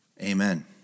Amen